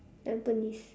tampines